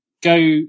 Go